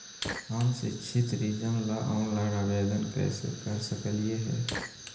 हम शैक्षिक ऋण ला ऑनलाइन आवेदन कैसे कर सकली हे?